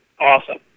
Awesome